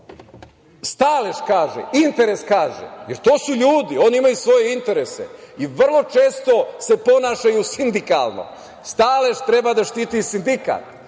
stalež kaže, interes kaže, jer to su ljudi, oni imaju svoje interese i vrlo često se ponašaju sindikalno. Stalež treba da štiti sindikat,